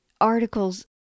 articles